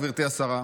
גברתי השרה,